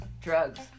drugs